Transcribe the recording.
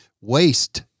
Waste